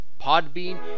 Podbean